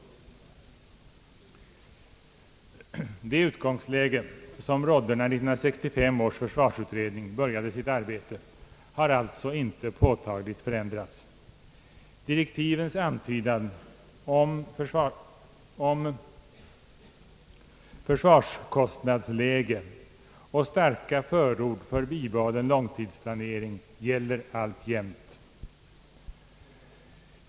Det utgångsläge som rådde när 1965 års försvarsutredning började sitt arbete har alltså inte påtagligt förändrats. Direktivens antydan om försvarskostnadsläget och dess starka förord för bibehållen långtidsplanering gäller alltjämt.